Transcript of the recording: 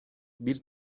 bir